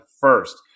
first